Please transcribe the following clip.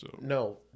No